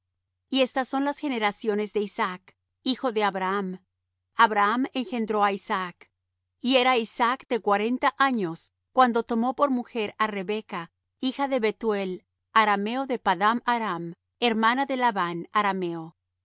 y estas son las generaciones de isaac hijo de abraham abraham engendró á isaac y era isaac de cuarenta años cuando tomó por mujer á rebeca hija de bethuel arameo de padan aram hermana de labán arameo